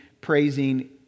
praising